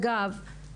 אגב,